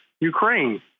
Ukraine